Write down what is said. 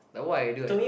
like what I do I